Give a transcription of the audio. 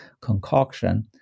concoction